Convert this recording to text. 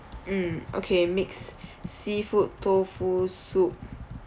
mm okay mixed seafood toufu soup